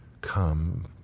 Come